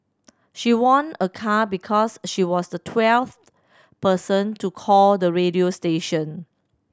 she won a car because she was the twelfth person to call the radio station